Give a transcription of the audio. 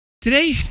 Today